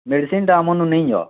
ମେଡ଼ିସିନଟା ଆମନୁ ନେଇଯାଅ